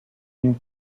une